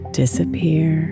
disappear